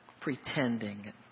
Pretending